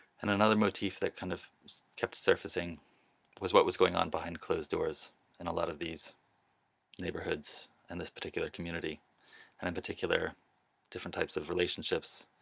and another motif that kind of kept surfacing was what was going on behind closed doors and a lot of these neighborhoods and this particular community and in particular different types of relationships,